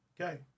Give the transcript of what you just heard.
okay